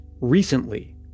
recently